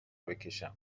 بکشم